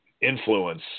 influence